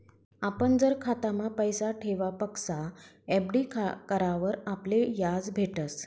आपण जर खातामा पैसा ठेवापक्सा एफ.डी करावर आपले याज भेटस